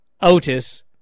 Otis